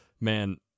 man